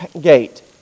gate